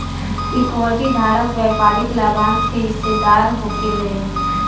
equity धारक व्यापारिक लाभांश के हिस्सेदार होखेलेन